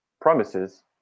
promises